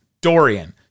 Dorian